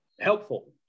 helpful